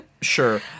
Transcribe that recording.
Sure